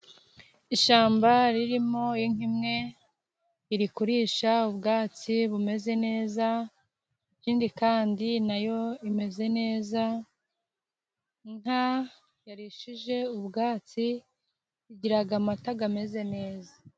Ishyamba ririmo inka imwe iri kurisha ubwatsi bumeze neza, ikindi kandi nayo imeze neza. Inka yarishije ubwatsi igira amata ameze neza.